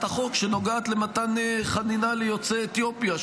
החוק שנוגעת למתן חנינה ליוצאי אתיופיה,